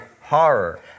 horror